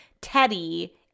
Teddy